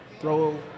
throw